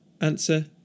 Answer